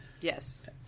Yes